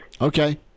Okay